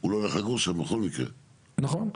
נכון.